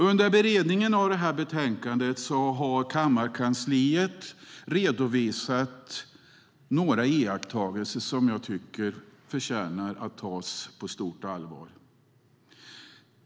Under beredningen av utlåtandet har kammarkansliet redovisat några iakttagelser som jag tycker förtjänar att tas på stort allvar.